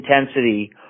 intensity